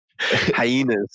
Hyenas